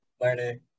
learning